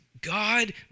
God